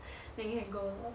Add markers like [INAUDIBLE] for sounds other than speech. [BREATH] then you can go